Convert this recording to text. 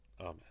Amen